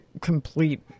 complete